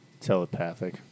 telepathic